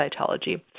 cytology